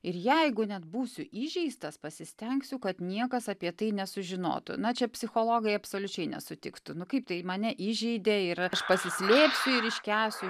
ir jeigu net būsiu įžeistas pasistengsiu kad niekas apie tai nesužinotų na čia psichologai absoliučiai nesutiktų nu kaip tai mane įžeidė ir aš pasislėpsiu ir iškęsiu